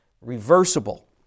reversible